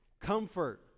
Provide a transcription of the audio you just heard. Comfort